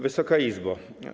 Wysoka Izbo!